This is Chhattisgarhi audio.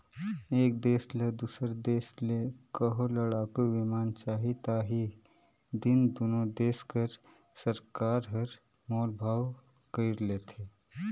एक देस ल दूसर देस ले कहों लड़ाकू बिमान चाही ता ही दिन दुनो देस कर सरकार हर मोल भाव कइर लेथें